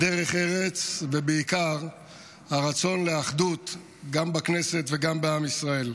דרך ארץ ובעיקר הרצון לאחדות גם בכנסת וגם בעם ישראל.